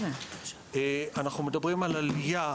אנחנו מדברים על עלייה,